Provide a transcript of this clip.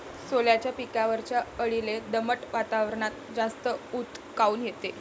सोल्याच्या पिकावरच्या अळीले दमट वातावरनात जास्त ऊत काऊन येते?